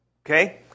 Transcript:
Okay